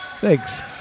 Thanks